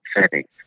settings